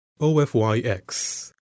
OFYX